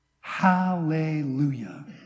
Hallelujah